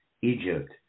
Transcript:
Egypt